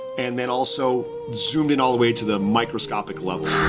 and then also zoomed in all the way to the microscopic level.